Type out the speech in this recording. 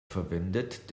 verwendet